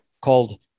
called